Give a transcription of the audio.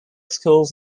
schools